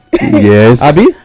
yes